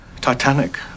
Titanic